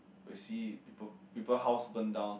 but you see people people house burn down